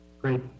Great